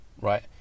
right